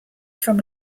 from